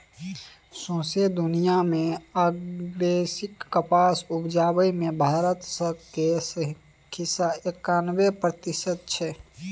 सौंसे दुनियाँ मे आर्गेनिक कपास उपजाबै मे भारत केर हिस्सा एकानबे प्रतिशत छै